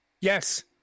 Yes